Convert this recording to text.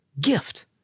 gift